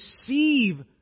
receive